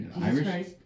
Irish